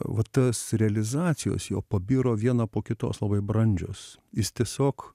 vat tas realizacijos jo pabiro viena po kitos labai brandžios jis tiesiog